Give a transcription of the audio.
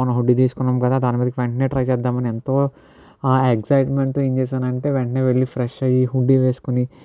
మనం హుడ్డి తీసుకున్నాం కదా దాని మీదకి వెంటనే ట్రై చేద్దామని ఎంతో ఎక్సైట్మెంట్ తో ఏం చేశానంటే వెంటనే వెళ్ళి ఫ్రెష్ అయ్యి హుడ్డి వేసుకుని